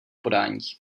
podání